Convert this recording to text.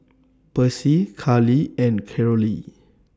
Percy Cali and Carolee